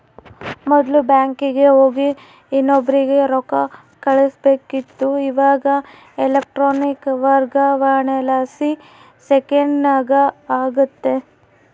ಮೊದ್ಲು ಬ್ಯಾಂಕಿಗೆ ಹೋಗಿ ಇನ್ನೊಬ್ರಿಗೆ ರೊಕ್ಕ ಕಳುಸ್ಬೇಕಿತ್ತು, ಇವಾಗ ಎಲೆಕ್ಟ್ರಾನಿಕ್ ವರ್ಗಾವಣೆಲಾಸಿ ಸೆಕೆಂಡ್ನಾಗ ಆಗ್ತತೆ